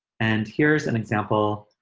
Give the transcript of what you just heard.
and here's an example